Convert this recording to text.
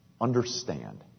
understand